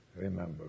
remember